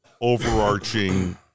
overarching